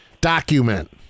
document